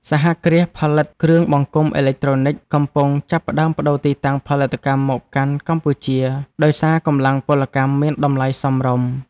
សហគ្រាសផលិតគ្រឿងបង្គុំអេឡិចត្រូនិកកំពុងចាប់ផ្តើមប្តូរទីតាំងផលិតកម្មមកកាន់កម្ពុជាដោយសារកម្លាំងពលកម្មមានតម្លៃសមរម្យ។